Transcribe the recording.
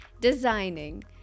designing